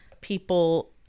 people